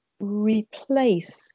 replace